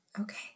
Okay